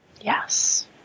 Yes